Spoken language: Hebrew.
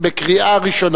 קריאה ראשונה.